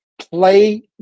Play